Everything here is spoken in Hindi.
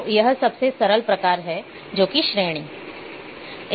तो यह सबसे सरल प्रकार की श्रेणी है